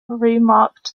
remarked